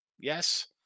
Yes